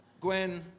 Gwen